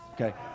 Okay